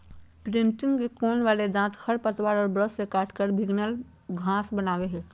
imprinter के कोण वाले दांत खरपतवार और ब्रश से काटकर भिन्गल घास बनावैय हइ